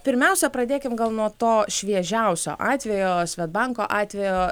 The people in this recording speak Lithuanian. pirmiausia pradėkim gal nuo to šviežiausio atvejo svedbanko atvejo